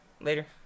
later